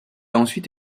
ensuite